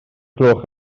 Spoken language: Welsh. gloch